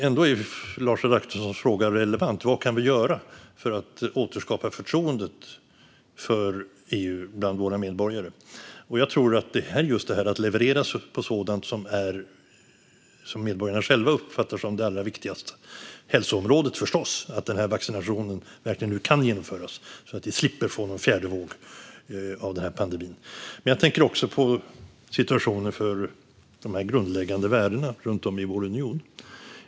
Ändå är Lars Adaktussons fråga relevant: Vad kan vi göra för att återskapa förtroendet för EU bland våra medborgare? Jag tror att det handlar just om att leverera på sådant som medborgarna själva uppfattar som det allra viktigaste. Det gäller förstås hälsoområdet och att vaccinationen nu verkligen kan genomföras så att vi slipper få någon fjärde våg av pandemin. Men jag tänker också på situationen för de grundläggande värdena runt om i vår union.